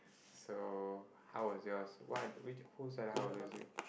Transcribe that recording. so how was yours what whose are the houses you